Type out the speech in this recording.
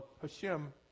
Hashem